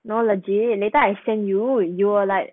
no legit later I send you you will like